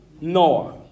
Noah